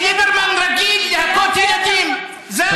כי ליברמן רגיל להכות ילדים, זה הכול.